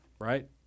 right